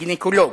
גינקולוג,